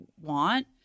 want